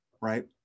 right